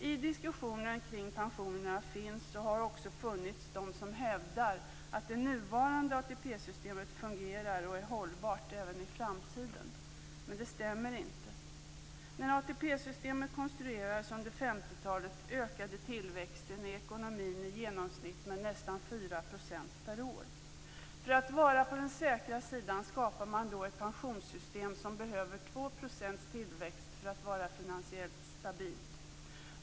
I diskussionen kring pensionerna finns och har också funnits de som hävdar att det nuvarande ATP systemet fungerar och är hållbart även i framtiden, men det stämmer inte. När ATP-systemet konstruerades under 50-talet ökade tillväxten i ekonomin i genomsnitt med nästan 4 % per år. För att vara på den säkra sidan skapade man då ett pensionssystem som behöver 2 % tillväxt för att vara finansiellt stabilt.